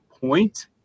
point